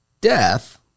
death